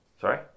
Sorry